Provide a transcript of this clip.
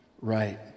right